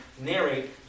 narrate